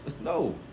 No